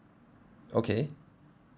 okay